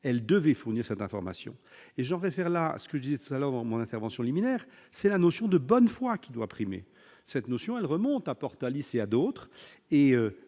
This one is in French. elle devait fournir cette information et j'en réfère là ce que disait alors dans mon intervention liminaire, c'est la notion de bonne foi qui doit primer cette notion, elle remonte Portalis à d'autres et